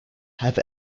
have